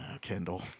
Kendall